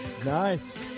Nice